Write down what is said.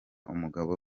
umugabo